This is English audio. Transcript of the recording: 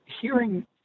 hearing